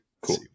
Cool